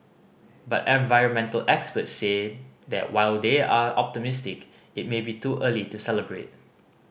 but environmental experts say that while they are optimistic it may be too early to celebrate